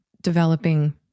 developing